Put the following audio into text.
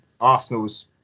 Arsenal's